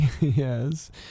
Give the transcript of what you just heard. Yes